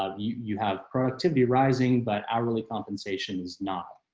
ah you have productivity rising, but i really compensations not